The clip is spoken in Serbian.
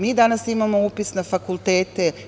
Mi danas imamo upis na fakultete.